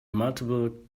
multiple